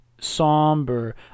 somber